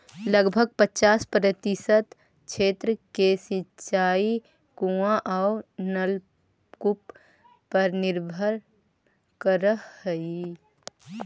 लगभग पचास प्रतिशत क्षेत्र के सिंचाई कुआँ औ नलकूप पर निर्भर करऽ हई